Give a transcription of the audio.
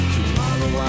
Tomorrow